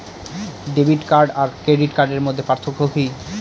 Debit card আর credit কার্ডের মধ্যে পার্থক্য কি?